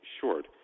short